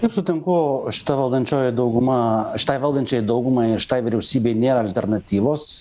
taip sutinku šita valdančioji dauguma šitai valdančiajai daugumai šitai vyriausybei nėra alternatyvos